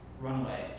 runway